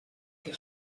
que